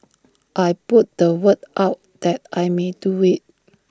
I put the word out that I may do IT